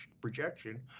projection